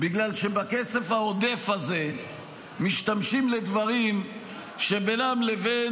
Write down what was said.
בגלל שבכסף העודף הזה משתמשים לדברים שבינם לבין